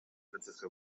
francisco